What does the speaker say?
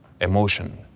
emotion